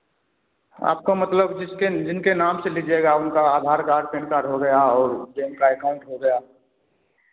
आपका मतलब जिसके जिनके नाम से लिजिएगा उनका आधार कार्ड पेन कार्ड हो गया और बैंक का अकाउंट हो गया